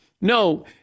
No